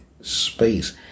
space